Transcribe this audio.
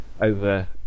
over